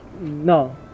no